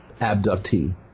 abductee